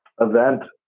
event